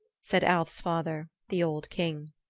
said alv's father, the old king.